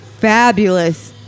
fabulous